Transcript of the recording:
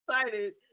excited